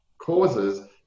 causes